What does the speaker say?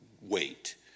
wait